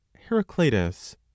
heraclitus